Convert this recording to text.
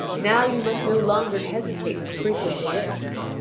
now you must no longer hesitate to frequent the lists,